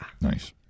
Nice